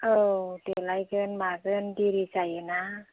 औ देलायगोन मागोन देरि जायोना